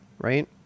right